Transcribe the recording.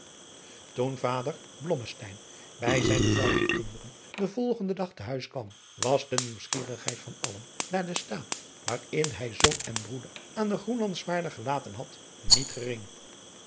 toen vader blommesteyn bij zijne vrouw en kinderen den volgenden dag te huis kwam was de nieuwsgierigheid van allen naar den staat waarin hij zoon en broeder aan den groenlandsvaarder gelaten had niet gering